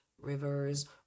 rivers